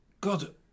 God